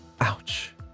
ouch